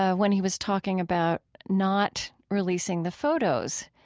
ah when he was talking about not releasing the photos,